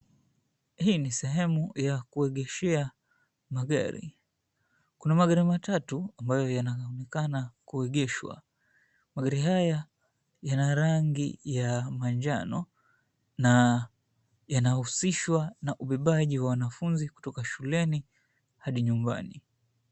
Hii ni sehemu ya kuegeshea magari. Kuna magari matatu ambayo yanaonekena kuegeshwa. Magari haya yana rangi ya manjano na yana husishwa na ubebaji wa wanafunzi kutoka shuleni hadi nyumbani.